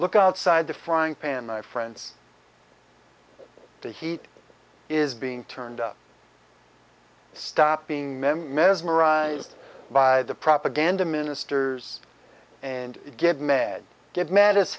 look outside the frying pan my friends the heat is being turned up stop being member mesmerized by the propaganda ministers and get mad get mad as